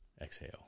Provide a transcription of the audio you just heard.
Exhale